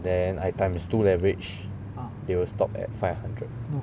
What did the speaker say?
then I times two leverage they will stop at five hundred